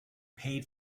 paid